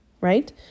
Right